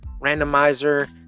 randomizer